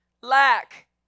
Lack